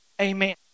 Amen